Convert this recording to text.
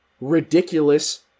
ridiculous